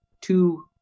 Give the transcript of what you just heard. two